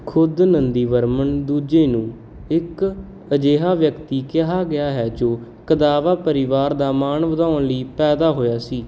ਖੁਦ ਨੰਦੀਵਰਮਨ ਦੂਜੇ ਨੂੰ ਇੱਕ ਅਜਿਹਾ ਵਿਅਕਤੀ ਕਿਹਾ ਗਿਆ ਹੈ ਜੋ ਕਦਾਵਾ ਪਰਿਵਾਰ ਦਾ ਮਾਣ ਵਧਾਉਣ ਲਈ ਪੈਦਾ ਹੋਇਆ ਸੀ